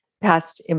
past